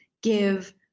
give